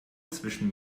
zwischen